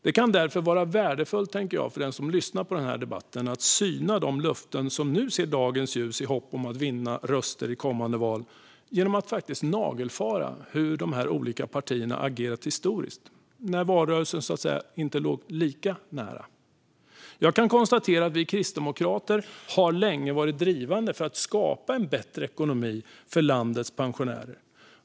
Det kan därför vara värdefullt för den som lyssnar på debatten att syna de löften som nu får se dagens ljus i hopp om att vinna röster i kommande val. Det är värdefullt för lyssnarna att faktiskt nagelfara hur partierna har agerat historiskt, när valrörelsen inte låg lika nära i tid. Jag kan konstatera att vi kristdemokrater länge har varit drivande för att skapa bättre ekonomi för landets pensionärer.